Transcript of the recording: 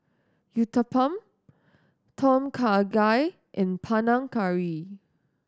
Uthapam Tom Kha Gai and Panang Curry